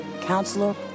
counselor